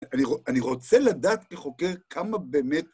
אני רוצה לדעת, כחוקר, כמה באמת...